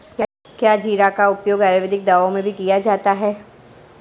क्या जीरा का उपयोग आयुर्वेदिक दवाओं में भी किया जाता है?